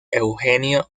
eugenio